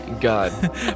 God